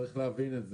צריך להבין את זה.